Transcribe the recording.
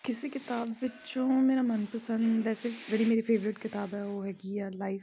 ਕਿਸੇ ਕਿਤਾਬ ਵਿੱਚੋਂ ਮੇਰਾ ਮਨਪਸੰਦ ਵੈਸੇ ਜਿਹੜੀ ਮੇਰੀ ਫੇਵਰੇਟ ਕਿਤਾਬ ਹੈ ਉਹ ਹੈਗੀ ਆ ਲਾਈਫ